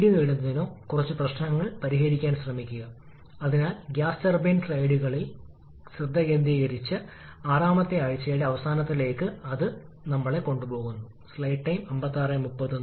ഇവിടെ ഒരൊറ്റ സ്റ്റേജ് കംപ്രഷനായി പോകുന്നുവെങ്കിൽ പോയിന്റ് എ അല്ലെങ്കിൽ അസ് പ്രതിനിധീകരിക്കുന്നു അനുയോജ്യമായ സാഹചര്യത്തിൽ പോയിന്റ് എസിൽ അവസാനിക്കുമായിരുന്നു യഥാർത്ഥത്തിൽ പോയിന്റ് എയിൽ അവസാനിക്കുമായിരുന്നു